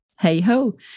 Hey-ho